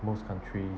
most country